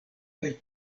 kaj